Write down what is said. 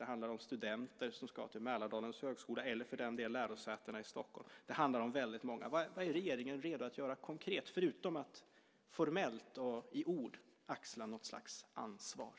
Det handlar om studenter som ska till Mälardalens högskola eller lärosätena i Stockholm. Vad är regeringen redo att göra konkret förutom att formellt och i ord axla ett ansvar?